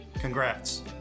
Congrats